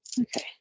Okay